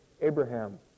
Abraham